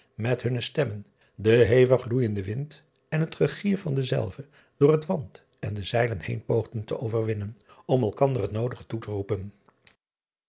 met hunne stemmen den hevig loeijenden wind en het gegier van denzelven door het wand en de zeilen heen poogden te overwinnen om elkander het noodige toe te roepen